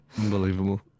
Unbelievable